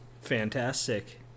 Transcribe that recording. Fantastic